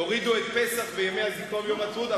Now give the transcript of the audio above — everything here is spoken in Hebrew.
תורידו את פסח ואת ימי הזיכרון ואת יום העצמאות,